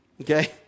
okay